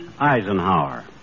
Eisenhower